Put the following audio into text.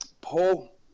Paul